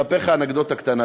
אספר לך אנקדוטה קטנה.